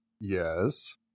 Yes